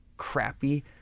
crappy